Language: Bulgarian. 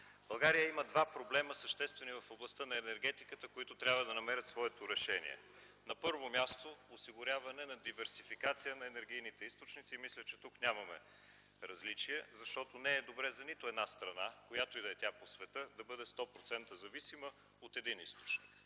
България има два съществени проблема в областта на енергетиката, които трябва да намерят своето решение. На първо място е осигуряване на диверсификация на енергийните източници и мисля, че тук нямаме различия, защото не е добре за нито една страна, която и да е тя по света, да бъде 100 процентово зависима от един източник